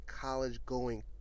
college-going